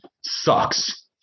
sucks